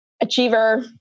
achiever